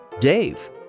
Dave